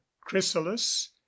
chrysalis